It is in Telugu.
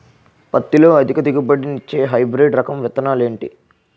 పత్తి లో అధిక దిగుబడి నిచ్చే హైబ్రిడ్ రకం విత్తనాలు ఏంటి